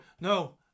No